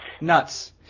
Nuts